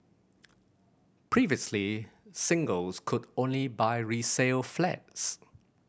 previously singles could only buy resale flats